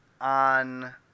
on